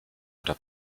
oder